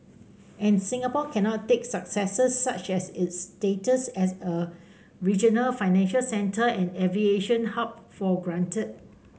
and Singapore cannot take successes such as its status as a regional financial center and aviation hub for granted